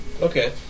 Okay